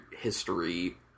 history